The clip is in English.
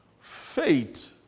faith